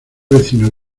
vecino